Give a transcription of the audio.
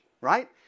right